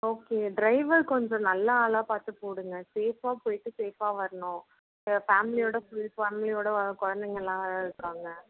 okay driver கொஞ்சம் நல்ல ஆளாக பார்த்து போடுங்கள் சேஃப்ஃபாக போய்விட்டு சேஃப்ஃபாக வரணும் ஏ ஃபேம்லியோட ஃபுல் ஃபேம்லியோட வரோம் குழந்தைங்கள்லா வேறு இருக்காங்க